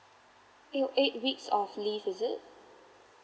till eight weeks of leave is it